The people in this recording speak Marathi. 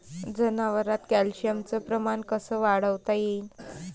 जनावरात कॅल्शियमचं प्रमान कस वाढवता येईन?